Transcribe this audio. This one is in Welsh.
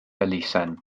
elusen